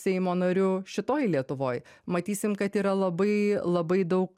seimo nariu šitoj lietuvoj matysim kad yra labai labai daug